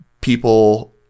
people